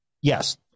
Yes